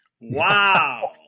Wow